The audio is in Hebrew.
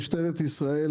משטרת ישראל,